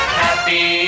happy